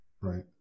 right